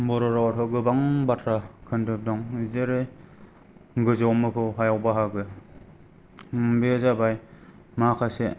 बर' रावआथ' गोबां बाथ्रा खोन्दोब दं जेरै गोजौआव मोफौ हायाव बाहागो बे जाबाय माखासे